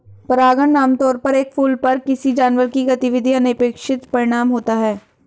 परागण आमतौर पर एक फूल पर किसी जानवर की गतिविधि का अनपेक्षित परिणाम होता है